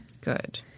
Good